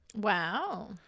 Wow